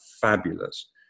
fabulous